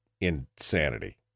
insanity